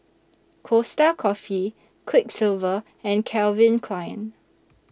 Costa Coffee Quiksilver and Calvin Klein